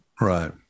Right